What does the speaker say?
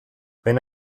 wenn